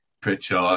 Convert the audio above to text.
Pritchard